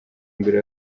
imbere